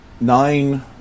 nine